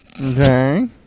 Okay